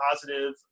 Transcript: positive